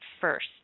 first